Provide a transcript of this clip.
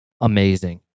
Amazing